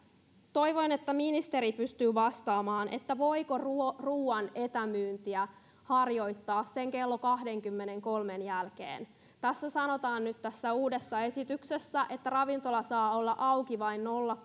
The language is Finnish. toivon että ministeri pystyy vastaamaan voiko ruoan ruoan etämyyntiä harjoittaa sen kello kahdenkymmenenkolmen jälkeen tässä uudessa esityksessä nyt sanotaan että ravintola saa olla auki vain nolla